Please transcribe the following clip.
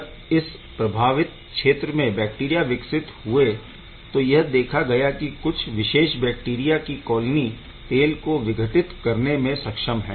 जब इस प्रभावित क्षेत्र में बैक्टीरिया विकसित हुए तो यह देखा गया की कुछ विशेष बैक्टीरिया की कॉलोनी तेल को विघटित करने में सक्षम है